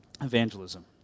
evangelism